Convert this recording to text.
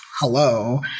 hello